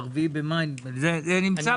חבר הכנסת